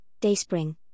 Dayspring